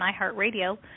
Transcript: iHeartRadio